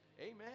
Amen